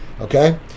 okay